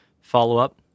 follow-up